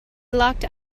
locked